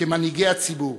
כמנהיגי הציבור,